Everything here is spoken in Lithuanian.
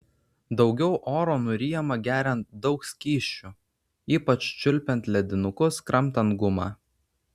daugiau oro nuryjama geriant daug skysčių ypač čiulpiant ledinukus kramtant gumą